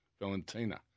Valentina